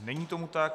Není tomu tak.